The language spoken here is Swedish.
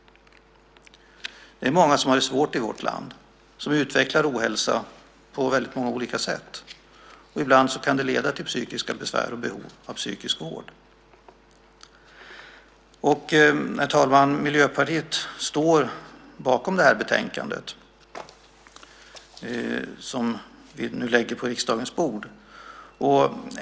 Många har det svårt i vårt land och utvecklar ohälsa på många olika sätt, och ibland kan det leda till psykiska besvär och behov av psykisk vård. Herr talman! Miljöpartiet står bakom det betänkande som vi nu lägger på riksdagens bord.